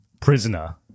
prisoner